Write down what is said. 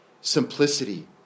simplicity